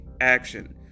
action